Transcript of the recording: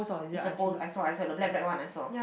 is a post I saw I saw the black black one I saw